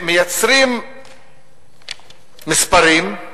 מייצרים מספרים,